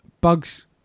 Bugs